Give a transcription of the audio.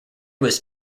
was